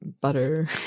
butter